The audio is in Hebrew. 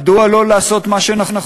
מדוע לא לעשות מה שנכון?